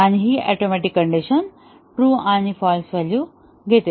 आणि ही atomic condition true आणि फाल्स ची व्हॅलू घेते